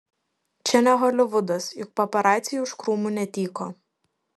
čia ne holivudas juk paparaciai už krūmų netyko